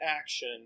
action